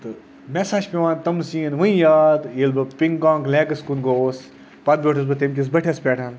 تہٕ مےٚ ہَسا چھِ پٮ۪وان تِم سیٖن وٕنہِ یاد ییٚلہِ بہٕ پِنٛگانٛگ لیکَس کُن گوس پَتہٕ بیوٗٹھٕس بہٕ تَمہِ کِس بٔٹھِس پٮ۪ٹھ